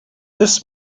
this